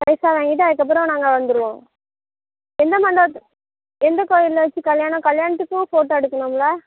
பைசா வாங்கிகிட்டு அதுக்கப்புறம் நாங்கள் வந்துருவோம் எந்த மண்டபத்து எந்த கோயிலில் வச்சு கல்யாணம் கல்யாணத்துக்கும் ஃபோட்டோ எடுக்கணுங்களா